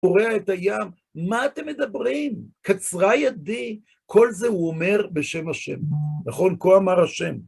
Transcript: קורע את הים, מה אתם מדברים? קצרה ידי, כל זה הוא אומר בשם השם, נכון? כה אמר השם.